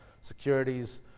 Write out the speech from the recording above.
securities